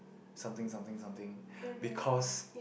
something something something because